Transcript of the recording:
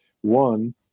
one